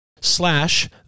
slash